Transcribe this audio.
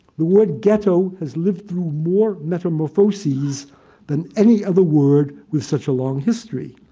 the word ghetto has lived through more metamorphoses than any other word with such a long history.